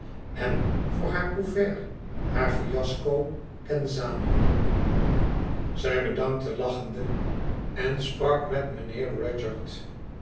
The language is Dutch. en vr haar couvert haar fiasco genzano zij bedankte lachende en sprak met mr